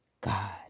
God